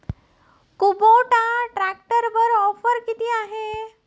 Kubota ट्रॅक्टरवर offer किती आहे?